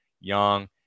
Young